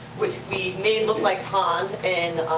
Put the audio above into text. which we made look like pond and